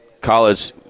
College